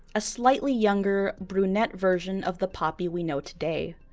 a slightly, younger brunette version of the poppy we know today.